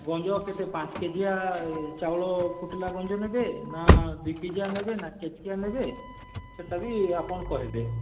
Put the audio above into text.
ଗଞ୍ଜ କେତେ ପାଞ୍ଚ୍ କେଜିଆ ଚାଉଳ ଫୁଟ୍ଲା ଗଞ୍ଜ ନେବେ ନା ଦୁଇ କେଜିଆ ନେବେ ନା କେଜିକିଆ ନେବେ ସେଟା ବି ଆପଣ୍ କହେବେ